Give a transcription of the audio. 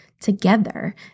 together